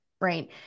right